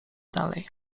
dalej